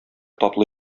татлы